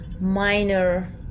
minor